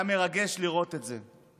היה מרגש לראות את זה.